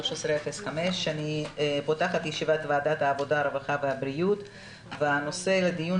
אני פותחת את ישיבת ועדת העבודה הרווחה והבריאות והנושא לדיון